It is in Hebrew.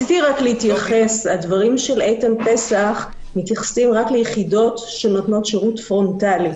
הדברים של איתן פסח מתייחסים רק ליחידות שנותנות שירות פרונטלי.